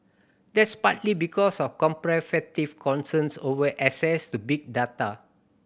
that's partly because of concerns over access to big data